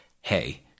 hey